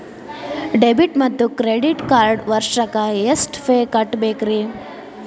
Debit ಮತ್ತು credit ಕಾರ್ಡ್ಗೆ ವರ್ಷಕ್ಕ ಎಷ್ಟ ಫೇ ಕಟ್ಟಬೇಕ್ರಿ?